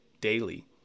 daily